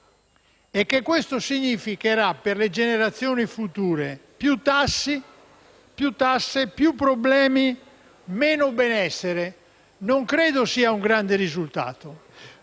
e ciò comporterà per le generazioni future più tasse, più problemi, meno benessere: non credo sia un grande risultato.